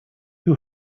who